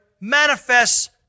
manifests